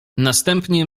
następnie